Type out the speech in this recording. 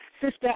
sister